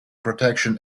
protection